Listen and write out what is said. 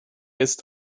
ist